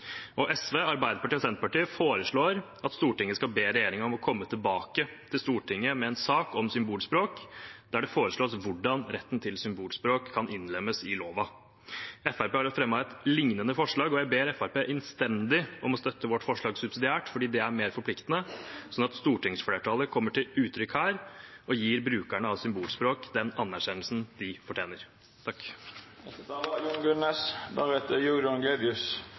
SV, Arbeiderpartiet og Senterpartiet foreslår at Stortinget skal be regjeringen om å komme tilbake til Stortinget med en sak om symbolspråk der det foreslås hvordan retten til symbolspråk kan innlemmes i loven. Fremskrittspartiet har fremmet et lignende forslag, og jeg ber Fremskrittspartiet innstendig om å støtte vårt forslag subsidiært, for det er mer forpliktende, sånn at stortingsflertallet kommer til uttrykk her og gir brukerne av symbolspråk den anerkjennelsen de fortjener.